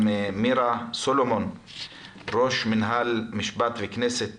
מירה סלומון, ראש מינהל משפט וכנסת